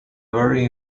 very